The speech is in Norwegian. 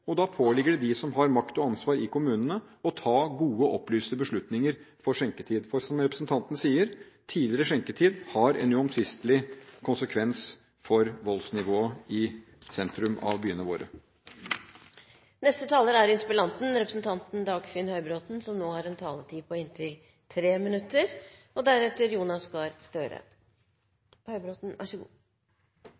Da påligger det dem som har makt og ansvar i kommunene, å ta gode, opplysende beslutninger om skjenketid. For som representanten sier: Redusert skjenketid har en uomtvistelig konsekvens for voldsnivået i sentrum av byene våre. Takk til statsråden for et imøtekommende og solid svar. Jeg tror vi nesten fullt ut deler analysen av dette viktige temaet, og